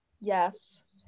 yes